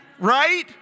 right